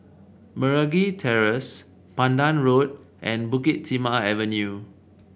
Meragi Terrace Pandan Road and Bukit Timah Avenue